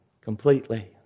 completely